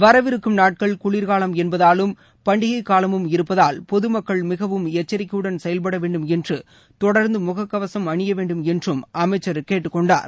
வரவிருக்கும் நாட்கள் குளிர்காலம் என்பதாலும் பண்டிகை காலமும் இருப்பதால் பொதுமக்கள் மிகவும் எச்சரிக்கையுடன் செயல்படவேண்டும் என்றும் தொடர்ந்து முகக்கவசம் அணிய வேண்டும் என்றும் அமைச்சர் கேட்டுக்கொண்டார்